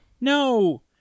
No